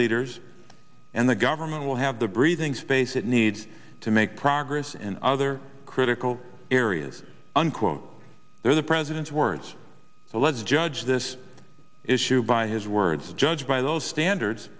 leaders and the government will have the breathing space it needs to make progress in other critical areas unquote they're the president's words so let's judge this issue by his words judged by those standards